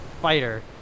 fighter